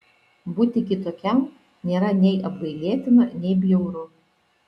būti kitokiam nėra nei apgailėtina nei bjauru